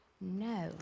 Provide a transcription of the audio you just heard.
no